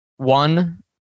One